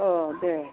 अ दे